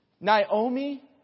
Naomi